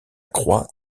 croix